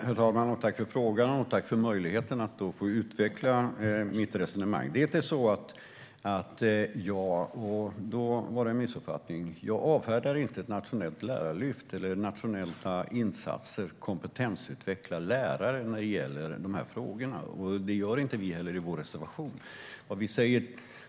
Herr talman! Tack för frågan, och tack för möjligheten att få utveckla mitt resonemang! Det var en missuppfattning. Jag avfärdar inte ett nationellt lärarlyft eller nationella insatser för att kompetensutveckla lärare när det gäller de här frågorna. Det gör vi inte heller i vår reservation.